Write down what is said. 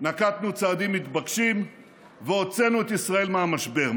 נקטנו צעדים מתבקשים והוצאנו את ישראל מהמשבר.